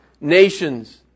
nations